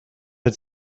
had